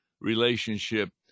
relationship